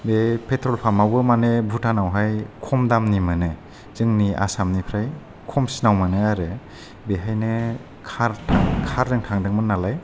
बे पेट्र'ल पाम्पावबो माने भुटानावहाय खम दामनि मोनो जोंनि आसामनिफ्राय खमसिनाव मोनो आरो बेहायनो कारजों थांदोंमोन नालाय